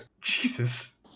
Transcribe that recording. Jesus